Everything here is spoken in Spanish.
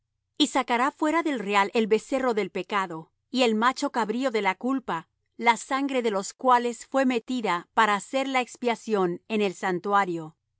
y sacará fuera del real el becerro del pecado y el macho cabrío de la culpa la sangre de los cuales fué metida para hacer la expiación en el santuario